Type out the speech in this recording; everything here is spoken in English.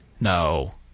no